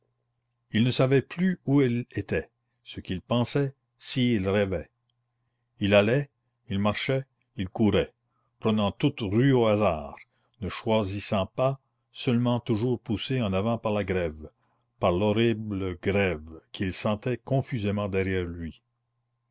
il ne savait plus où il était ce qu'il pensait si il rêvait il allait il marchait il courait prenant toute rue au hasard ne choisissant pas seulement toujours poussé en avant par la grève par l'horrible grève qu'il sentait confusément derrière lui